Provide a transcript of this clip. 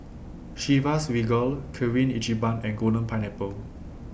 Chivas Regal Kirin Ichiban and Golden Pineapple